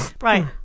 Right